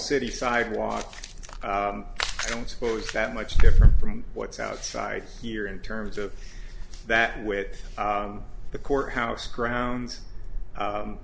city sidewalk i don't suppose that much different from what's outside here in terms of that with the courthouse grounds